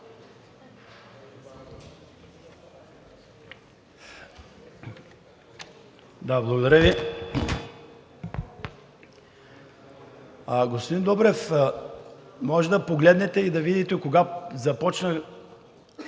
Да, благодаря Ви. Господин Добрев, може да погледнете и да видите кога започна